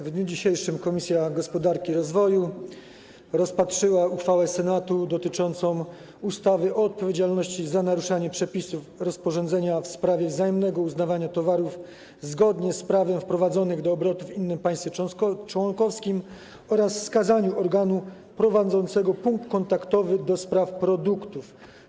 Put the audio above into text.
W dniu dzisiejszym Komisja Gospodarki i Rozwoju rozpatrzyła uchwałę Senatu dotyczącą ustawy o odpowiedzialności za naruszanie przepisów rozporządzenia w sprawie wzajemnego uznawania towarów zgodnie z prawem wprowadzonych do obrotu w innym państwie członkowskim oraz wskazaniu organu prowadzącego punkt kontaktowy do spraw produktów.